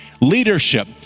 leadership